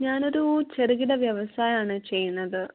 ഞാനൊരു ചെറുകിട വ്യവസായമാണ് ചെയ്യുന്നത്